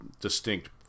distinct